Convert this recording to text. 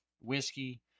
whiskey